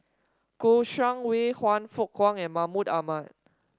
Kouo Shang Wei Han Fook Kwang and Mahmud Ahmad